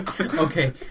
Okay